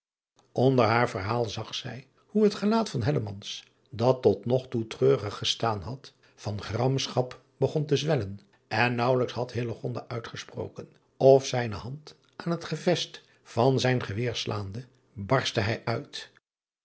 nder haar verhaal zag zij hoe het gelaat van dat tot nog toe treurig gestaan had van gramschap begon te zwellen en naauwelijks had uitgesproken of zijne hand aan het gevest van zijn geweer slaande barstte hij uit